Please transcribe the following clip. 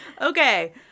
Okay